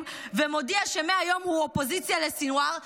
ומודיע שמהיום הוא אופוזיציה לסנוואר,